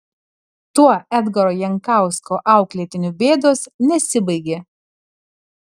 tuo edgaro jankausko auklėtinių bėdos nesibaigė